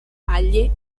halle